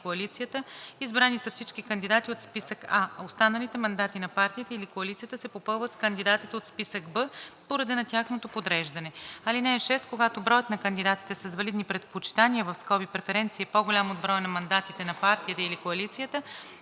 коалицията, избрани са всички кандидати от списък А. Останалите мандати на партията или коалицията се попълват с кандидатите от списък Б по реда на тяхното подреждане. (6) Когато броят на кандидатите с валидни предпочитания (преференции) е по-голям от броя на мандатите на партията или коалицията,